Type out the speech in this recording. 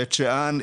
בית שאן,